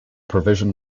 provision